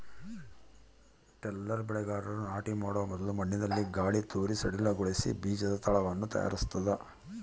tiller ಬೆಳೆಗಾರರು ನಾಟಿ ಮಾಡೊ ಮೊದಲು ಮಣ್ಣಿನಲ್ಲಿ ಗಾಳಿತೂರಿ ಸಡಿಲಗೊಳಿಸಿ ಬೀಜದ ತಳವನ್ನು ತಯಾರಿಸ್ತದ